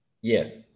yes